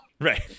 Right